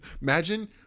imagine